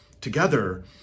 together